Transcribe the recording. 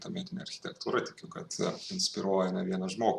tuometinei architektūrai tikiu kad inspiruoja ne vieną žmogų